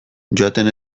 joaten